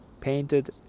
painted